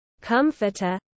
comforter